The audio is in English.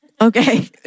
okay